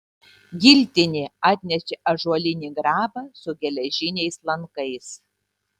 giltinė atnešė ąžuolinį grabą su geležiniais lankais